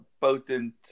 potent